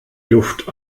luft